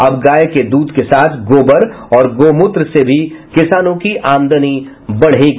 अब गाय के दूध के साथ गोबर और गौमूत्र से भी किसानों की आमदनी बढ़ेगी